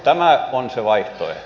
tämä on se vaihtoehto